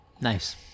Nice